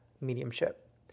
mediumship